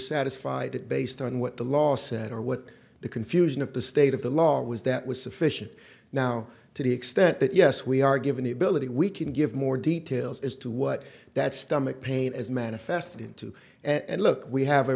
satisfied that based on what the law said or what the confusion of the state of the law was that was sufficient now to the extent that yes we are given the ability we can give more details as to what that stomach pain is manifested into and look we have a